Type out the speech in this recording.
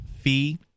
fee